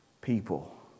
people